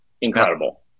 Incredible